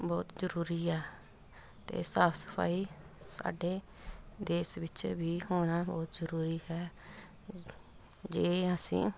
ਬਹੁਤ ਜ਼ਰੂਰੀ ਹੈ ਅਤੇ ਸਾਫ ਸਫਾਈ ਸਾਡੇ ਦੇਸ਼ ਵਿੱਚ ਵੀ ਹੋਣਾ ਬਹੁਤ ਜ਼ਰੂਰੀ ਹੈ ਜੇ ਅਸੀਂ